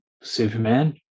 Superman